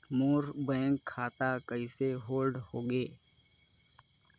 मोर bank खाता कइसे hold होगे?